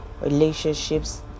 relationships